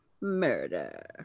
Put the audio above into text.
Murder